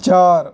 चार